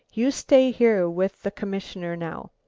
you stay here with the commissioner now.